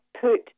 put